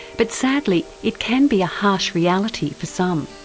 but sadly it can be a harsh reality for some.